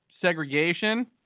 segregation